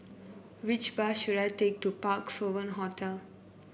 which bus should I take to Parc Sovereign Hotel